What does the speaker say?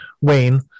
Wayne